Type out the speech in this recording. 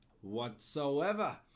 whatsoever